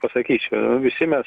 pasakyt čia visi mes